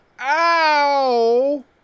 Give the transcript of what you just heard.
Ow